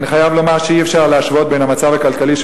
אני חייב לומר שאי-אפשר להשוות בין המצב הכלכלי של